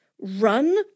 run